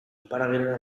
iparragirreren